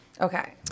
Okay